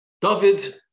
David